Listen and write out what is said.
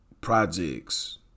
projects